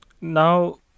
Now